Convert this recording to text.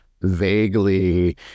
vaguely